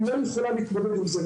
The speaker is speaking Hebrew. היא לא יכולה להתמודד עם זה.